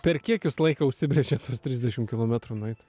per kiek jūs laiko užsibrėžiat tuos trisdešim kilometrų nueit